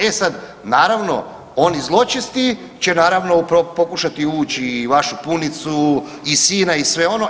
E sad, naravno oni zločesti će naravno pokušati uvući i vašu punicu i sina i sve ono.